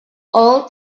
all